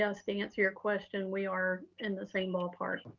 yes, to answer your question, we are in the same ballpark.